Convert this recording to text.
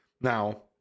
now